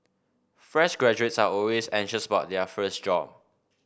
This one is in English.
fresh graduates are always anxious about their first job